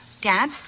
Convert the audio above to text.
Dad